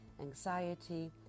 anxiety